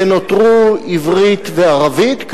ונותרו עברית וערבית,